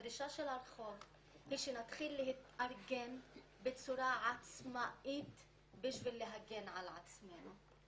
הדרישה של הרחוב היא שנתחיל להתארגן בצורה עצמאית כדי להגן על עצמנו.